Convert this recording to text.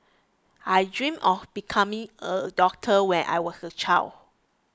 I dream of becoming a doctor when I was a child